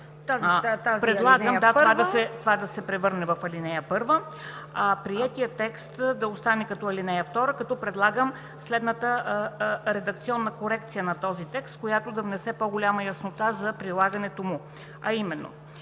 юни 2020 г.“ Предлагам това да се превърне в ал. 1, а приетият текст да остане като ал. 2, като предлагам следната редакционна корекция на този текст, която да внесе по-голяма яснота за прилагането му, а именно: